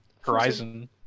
horizon